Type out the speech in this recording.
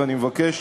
ואני מבקש